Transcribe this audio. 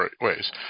ways